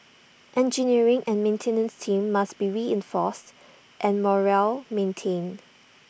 engineering and maintenance teams must be reinforced and morale maintained